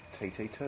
TT2